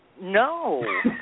no